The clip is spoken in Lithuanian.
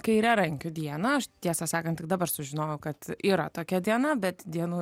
kairiarankių dieną aš tiesą sakant tik dabar sužinojau kad yra tokia diena bet dienų